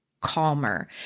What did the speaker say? calmer